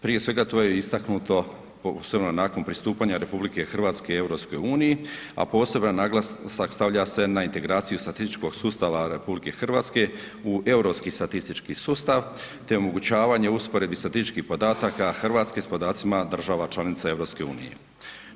Prije svega to je istaknuto osobno nakon pristupanja RH EU-u a poseban naglasak stavlja se na integraciju statističkog sustava RH u europski statistički sustav te omogućavanje u usporedbi statističkih podataka Hrvatske sa podacima država članica EU-a.